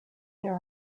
there